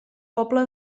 poble